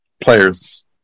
players